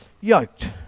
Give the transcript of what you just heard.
yoked